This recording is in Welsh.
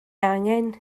angen